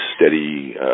steady